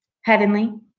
Heavenly